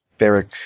Beric